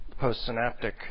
postsynaptic